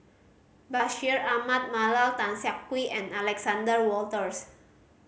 Bashir Ahmad Mallal Tan Siak Kew and Alexander Wolters